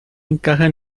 encajan